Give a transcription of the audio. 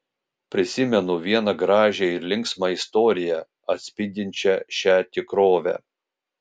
prisimenu vieną gražią ir linksmą istoriją atspindinčią šią tikrovę